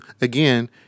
again